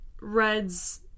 Red's